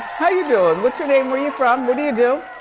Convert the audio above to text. how you doin'? what's your name, where you from, what do you do?